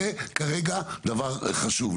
זה כרגע דבר חשוב,